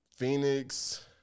Phoenix